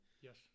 Yes